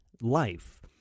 life